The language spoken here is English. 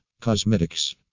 Cosmetics